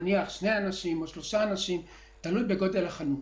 נניח שניים או שלושה אנשים בחנות בגודל מסוים.